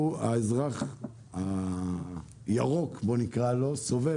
כך יוצא שהאזרח הירוק סובל.